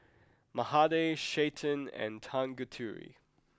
Mahade Chetan and Tanguturi